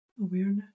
Awareness